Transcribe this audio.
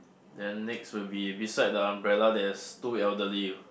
then next would be beside the umbrella there's two elderly